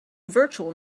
virtual